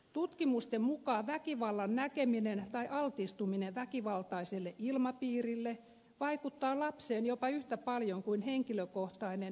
tutkimusten mukaan väkivallan näkeminen tai altistuminen väkivaltaiselle ilmapiirille vaikuttaa lapseen jopa yhtä paljon kuin henkilökohtainen väkivaltakokemus